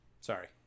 sorry